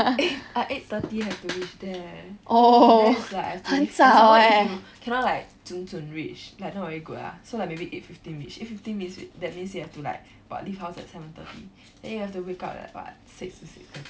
eh I eight thirty have to reach there eh then it's like I have to leave and some more if you cannot like 准准 reach like not very good ah so like maybe eight fifteen reach eight fifteen reach that means you have to like what leave house at seven thirty then you have to wake up at like what six